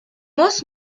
muss